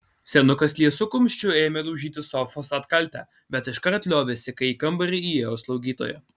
senukas liesu kumščiu ėmė daužyti sofos atkaltę bet iškart liovėsi kai į kambarį įėjo slaugytoja